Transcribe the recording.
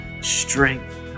strength